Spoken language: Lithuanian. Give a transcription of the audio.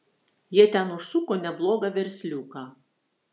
jie ten užsuko neblogą versliuką